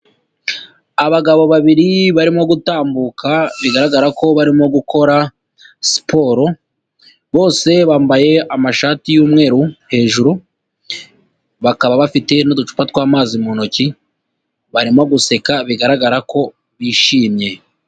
Abagabo babiri barimo gutambuka, bigaragara ko barimo gukora siporo, bose bambaye amashati y'umweru hejuru, bakaba bafite n'uducupa tw'amazi mu ntoki, barimo guseka bigaragara ko bishimye.